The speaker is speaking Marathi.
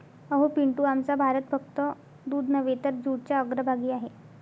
अहो पिंटू, आमचा भारत फक्त दूध नव्हे तर जूटच्या अग्रभागी आहे